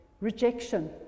rejection